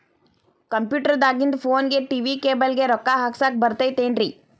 Computer ದಾಗಿಂದ್ ಫೋನ್ಗೆ, TV cable ಗೆ, ರೊಕ್ಕಾ ಹಾಕಸಾಕ್ ಬರತೈತೇನ್ರೇ?